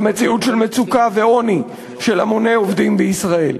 למציאות של מצוקה ועוני של המוני עובדים בישראל.